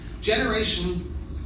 Generation